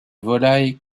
volailles